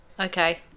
Okay